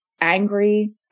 Angry